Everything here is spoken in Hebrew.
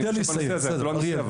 זה לא הנושא אבל.